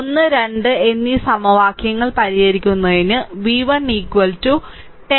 1 2 എന്നീ സമവാക്യങ്ങൾ പരിഹരിക്കുന്നതിന് v1 10